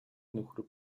нөхөр